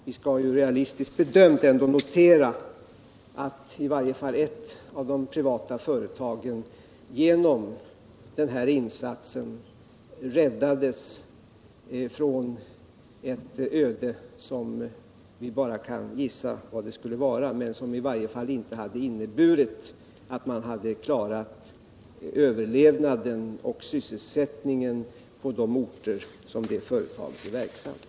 Vi skall väl realistiskt bedömt även notera att i varje fall ett av de privata företagen genom den här insatsen räddades från ett öde som vi bara kan gissa graden av men som i varje fall inte har inneburit att man klarat överlevnad och sysselsättning på de orter där detta företag är verksamt.